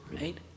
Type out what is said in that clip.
Right